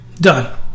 done